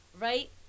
Right